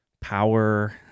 power